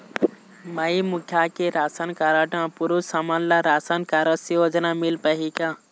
माई मुखिया के ration card म पुरुष हमन ला राशन कारड से योजना मिल पाही का?